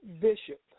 Bishop